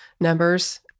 numbers